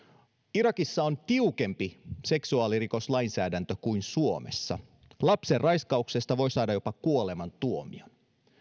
irakissa on tiukempi seksuaalirikoslainsäädäntö kuin suomessa lapsen raiskauksesta voi saada jopa kuolemantuomion